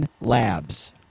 Labs